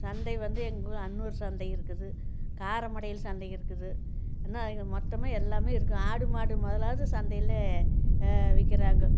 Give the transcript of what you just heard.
சந்தை வந்து எங்கூர் அன்னூர் சந்தை இருக்குது காரமடையில் சந்தை இருக்குது இன்னும் மொத்தமும் எல்லாமே இருக்குது ஆடு மாடு முதலாவது சந்தையிலேயே விற்கிறாங்க